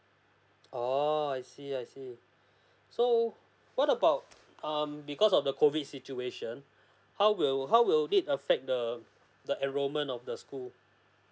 oo I see I see so what about um because of the COVID situation how will how will it affect the the enrollment of the school